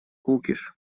кукиш